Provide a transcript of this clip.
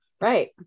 Right